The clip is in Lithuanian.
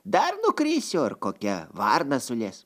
dar nukrisiu ar kokia varna sules